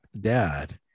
dad